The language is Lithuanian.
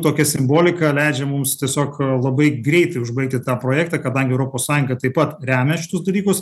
tokia simbolika leidžia mums tiesiog labai greitai užbaigti tą projektą kadangi europos sąjunga taip pat remia šitus dalykus